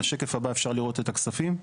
בשקף הבא אפשר לראות את הכספים.